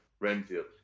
Renfield